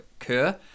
occur